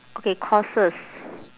okay courses